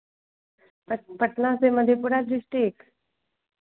पट पटना से मधेपुरा डिस्ट्रिक